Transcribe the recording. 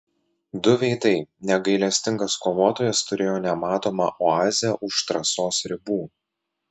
du veidai negailestingas kovotojas turėjo nematomą oazę už trasos ribų